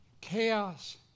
chaos